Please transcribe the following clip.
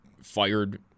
fired